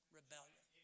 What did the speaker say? rebellion